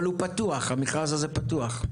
אבל הוא פתוח, המכרז הזה פתוח?